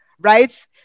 right